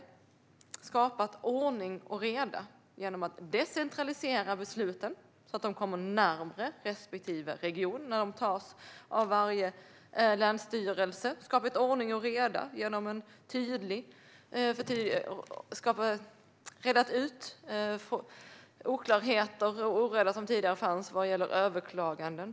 Vi har skapat ordning och reda genom att decentralisera besluten, som kommer närmare respektive region i och med att de fattas av varje länsstyrelse. Vi har skapat ordning och reda genom att reda ut de oklarheter och den oreda som tidigare fanns vad gäller överklagande.